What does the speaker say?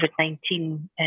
COVID-19